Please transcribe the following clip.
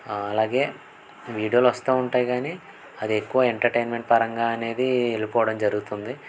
అలాగే వీడియోలు వస్తూ ఉంటాయి కానీ అది ఎక్కువ ఎంటర్టైన్మెంట్ పరంగా అనేది వెళ్ళిపోవడం జరుగుతుంది